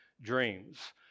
dreams